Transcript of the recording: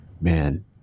Man